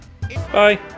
Bye